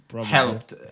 Helped